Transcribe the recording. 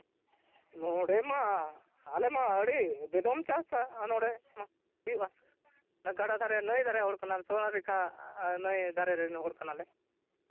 ᱱᱚᱰᱮ ᱢᱟ ᱟᱞᱮ ᱢᱟ ᱟᱹᱰᱤ ᱵᱮᱫᱚᱢ ᱪᱟᱥᱟ ᱱᱚᱰᱮᱢᱟ ᱦᱩᱭᱩᱜᱼᱟ ᱜᱟᱰᱟ ᱫᱷᱟᱨᱮ ᱱᱟᱹᱭ ᱫᱷᱟᱨᱮ ᱦᱚᱲ ᱠᱟᱱᱟᱞᱮ ᱥᱚᱵᱚᱨ ᱱᱟᱠᱷᱟ ᱱᱟᱹᱭ ᱫᱷᱟᱨᱮ ᱨᱮᱱ ᱦᱚᱲ ᱠᱟᱱᱟᱞᱮ